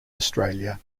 australia